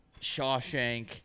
Shawshank